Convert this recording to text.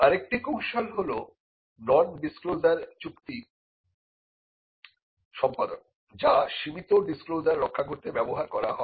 আরেকটি কৌশল হল নন ডিসক্লোজার চুক্তি সম্পাদন যা সীমিত ডিসক্লোজার রক্ষা করতে ব্যবহার করা হয়